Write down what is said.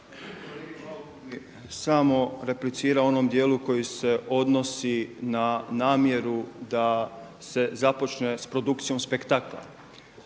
samo replicirao u onom dijelu koji se odnosi na namjeru da se započne s produkcijom spektakla.